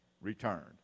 returned